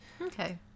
Okay